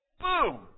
Boom